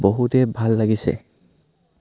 বহুতে ভাল লাগিছে